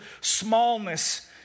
smallness